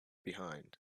behind